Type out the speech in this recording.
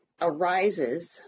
arises